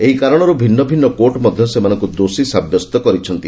ଏହି କାରଣରୁ ଭିନ୍ନ ଭିନ୍ନ କୋର୍ଟ ମଧ୍ୟ ସେମାନଙ୍କୁ ଦୋଷୀ ସାବ୍ୟସ୍ତ କରିଛନ୍ତି